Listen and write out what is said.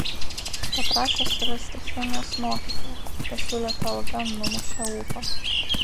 paprašė surasti chemijos mokytoją pasiūlyta alga numušė ūpą